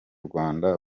rwanda